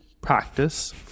practice